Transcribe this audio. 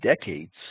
decades